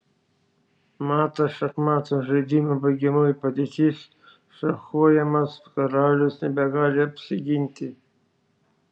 matas šachmatų žaidimo baigiamoji padėtis šachuojamas karalius nebegali apsiginti